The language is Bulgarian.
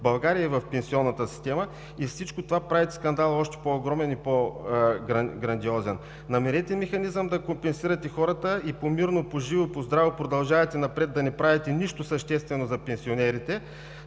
България и в пенсионната система. Всичко това прави скандала още по-огромен и по грандиозен. Намерете механизъм да компенсирате хората и по мирно, по живо, по здраво, продължавайте напред да не правите нищо съществено за пенсионерите,